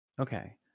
Okay